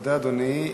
תודה, אדוני.